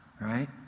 right